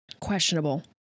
questionable